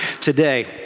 today